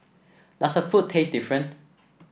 does her food taste different